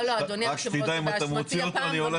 לא, לא, אדוני יושב הראש, זו אשמתי הפעם.